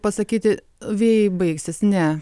pasakyti vėjai baigsis ne